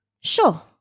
Sure